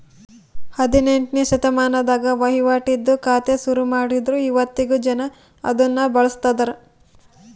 ಹದಿನೆಂಟ್ನೆ ಶತಮಾನದಾಗ ವಹಿವಾಟಿಂದು ಖಾತೆ ಶುರುಮಾಡಿದ್ರು ಇವತ್ತಿಗೂ ಜನ ಅದುನ್ನ ಬಳುಸ್ತದರ